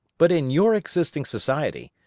but in your existing society,